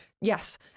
Yes